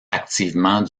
activement